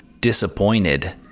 disappointed